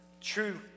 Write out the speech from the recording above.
true